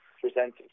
presented